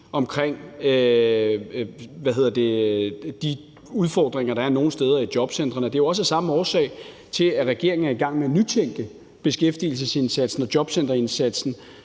til de udfordringer, der er nogle steder i jobcentrene. Det er jo også af samme årsag, at regeringen er i gang med at nytænke beskæftigelsesindsatsen og jobcenterindsatsen,